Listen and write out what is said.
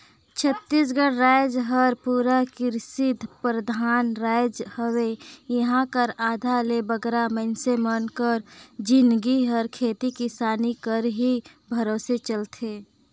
छत्तीसगढ़ राएज हर पूरा किरसी परधान राएज हवे इहां कर आधा ले बगरा मइनसे मन कर जिनगी हर खेती किसानी कर ही भरोसे चलथे